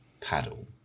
paddle